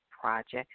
project